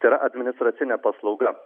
tai yra administracinė paslauga